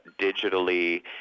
digitally